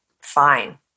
fine